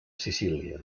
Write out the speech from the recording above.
sicília